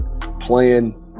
playing